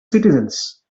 citizens